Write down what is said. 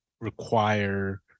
require